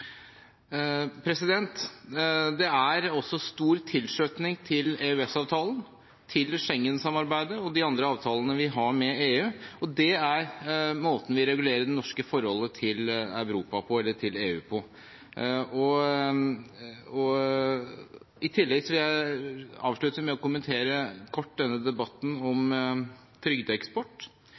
Det er stor tilslutning til EØS-avtalen, til Schengen-samarbeidet og til de andre avtalene vi har med EU. Det er måten vi regulerer det norske forholdet til EU på. I tillegg vil jeg avslutte med å kommentere kort debatten om trygdeeksport.